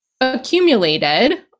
accumulated